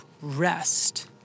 rest